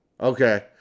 Okay